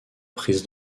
prise